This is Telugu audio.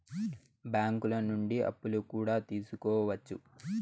బ్యాంకులు నుండి అప్పులు కూడా తీసుకోవచ్చు